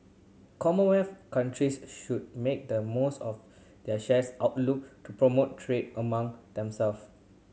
commonwealth countries should make the most of there shares outlook to promote trade among themselves